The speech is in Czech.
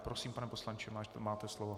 Prosím, pane poslanče, máte slovo.